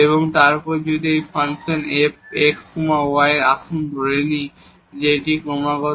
এবং তারপর যদি এই ফাংশন f x y আসুন আমরা ধরে নিই যে এটি একটি ক্রমাগত